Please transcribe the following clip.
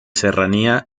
serranía